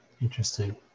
Interesting